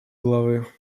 головы